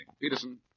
Peterson